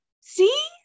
See